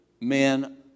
men